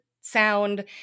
sound